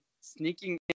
sneaking